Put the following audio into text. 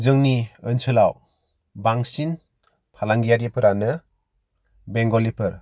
जोंनि ओनसोलाव बांसिन फालांगियारिफोरानो बेंगलिफोर